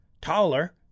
taller